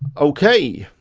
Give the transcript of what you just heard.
okay.